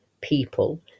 people